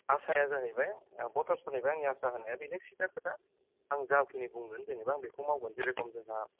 आसाया जाहैबाय भटार्स फोरनिफ्राय आंनि आसाया बेनो सिदा खोथा आं जाखिनि बुंगोन जेन'बा आं बिखौ मावगोन जेरेखम जोंहा